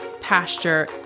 pasture